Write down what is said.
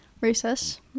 recess